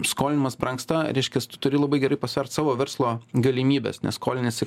skolinimas brangsta reiškias tu turi labai gerai pasvert savo verslo galimybes nes skoliniesi